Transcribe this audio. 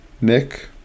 Nick